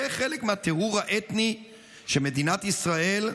זה חלק מהטיהור האתני שמדינת ישראל,